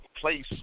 place